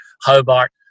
Hobart